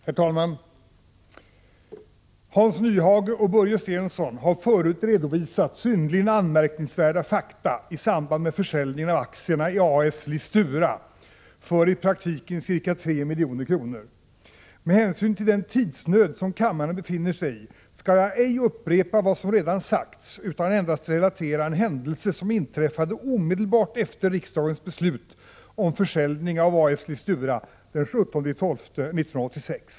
Herr talman! Hans Nyhage och Börje Stensson har förut redovisat synnerligen anmärkningsvärda fakta i samband med försäljningen av aktierna i Listora A S den 17 december 1986.